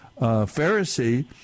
Pharisee